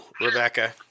rebecca